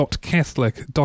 .Catholic